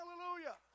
Hallelujah